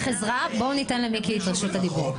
בואו ניתן למיקי את רשות הדיבור.